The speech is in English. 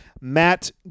Matt